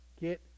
Get